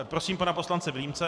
Prosím pana poslance Vilímce.